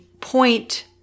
point